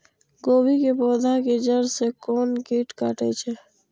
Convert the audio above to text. गोभी के पोधा के जड़ से कोन कीट कटे छे?